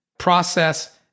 Process